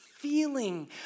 feeling